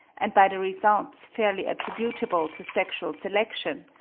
and by the results fairly attributable to sexual selection,